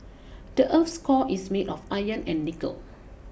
the earth's core is made of iron and nickel